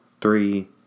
Three